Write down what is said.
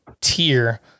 tier